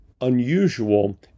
unusual